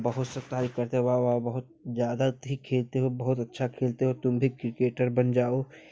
बहुत सब तारीफ करते हैं वह वह बहुत ज्यादा थी खेलते हो बहुत अच्छा खेलते हो तुम भी क्रिकेटर बन जाओ